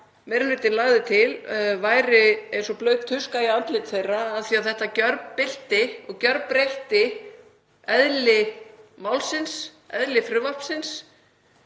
sem meiri hlutinn lagði til væri eins og blaut tuska í andlit þeirra af því að þetta gjörbylti og gjörbreytti eðli málsins, eðli frumvarpsins,